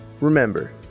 Remember